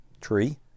tree